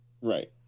right